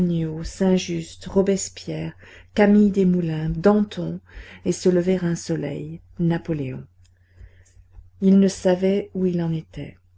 saint-just robespierre camille desmoulins danton et se lever un soleil napoléon il ne savait où il en était